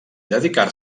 dedicar